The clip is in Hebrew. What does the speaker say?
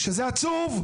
שזה עצוב,